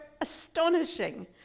astonishing